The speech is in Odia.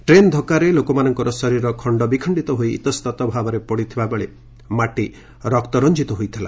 ଟ୍ରେନ୍ ଧକ୍କାରେ ଲୋକମାନଙ୍କର ଶରୀର ଖଣ୍ଡବିଖଣ୍ଡିତ ହୋଇ ଇତଃସ୍ତତ ଭାବରେ ପଡ଼ିଥିବା ବେଳେ ମାଟି ରକ୍ତର୍ଚକିତ ହୋଇଥିଲା